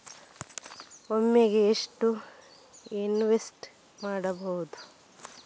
ಒಮ್ಮೆಗೆ ಎಷ್ಟು ಇನ್ವೆಸ್ಟ್ ಮಾಡ್ಬೊದು?